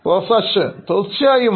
professor Ashwin തീർച്ചയായും